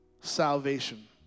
salvation